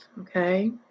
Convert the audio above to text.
Okay